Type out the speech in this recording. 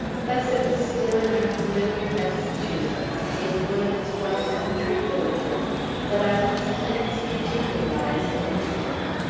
thus it was still in our familiar massachusetts in one of its white country villages that i must next particularize an incident.